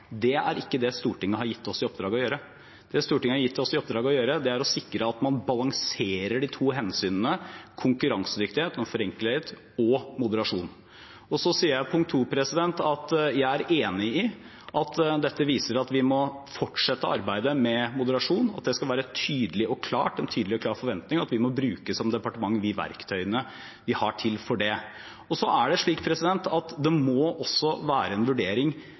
Det er ikke det Stortinget har gitt oss i oppdrag å gjøre. Det Stortinget har gitt oss i oppdrag å gjøre, er å sikre at man balanserer de to hensynene konkurransedyktighet – nå forenkler jeg litt – og moderasjon. Så sier jeg, punkt to, at jeg er enig i at dette viser at vi må fortsette arbeidet med moderasjon, og at det skal være en tydelig og klar forventning at vi som departement må bruke de verktøyene vi har til det. Det må også være en vurdering av det enkelte styre og det